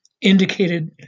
indicated